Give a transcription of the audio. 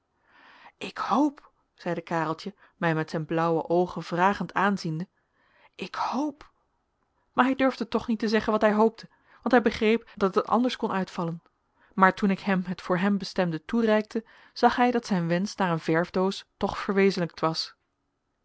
ik hoop zeide kareltje mij met zijn blauwe oogen vragend aanziende ik hoop hij durfde toch niet te zeggen wat hij hoopte want hij begreep dat het anders kon uitvallen maar toen ik hem het voor hem bestemde toereikte zag hij dat zijn wensch naar een verfdoos toch verwezenlijkt was